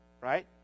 Right